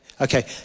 Okay